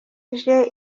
ije